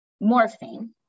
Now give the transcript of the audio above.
morphine